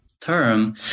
term